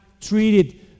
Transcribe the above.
treated